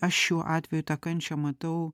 aš šiuo atveju tą kančią matau